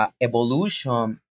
evolution